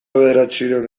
bederatziehun